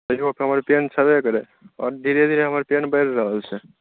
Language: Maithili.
एहो सब मे पेन छेबे करै आओर धीरे धीरे हमर पेन बढ़िये रहल छै